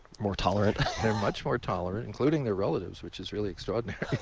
more tolerant. they're much more tolerant including their relatives which is really extraordinary.